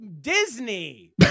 Disney